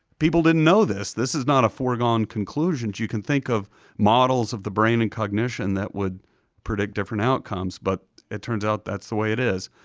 people didn't know this. this is not a foregone conclusion. you can think of models of the brain and cognition that would predict different outcomes, but it turns out that's the way it is.